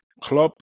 club